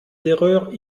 d’erreur